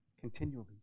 continually